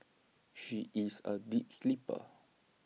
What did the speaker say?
she is A deep sleeper